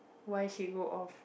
why she go off